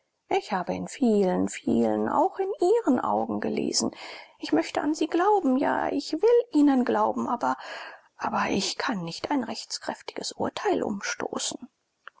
ich habe in vielen vielen auch in ihren augen gelesen ich möchte an sie glauben ja ich will ihnen glauben aber aber ich kann nicht ein rechtskräftiges urteil umstoßen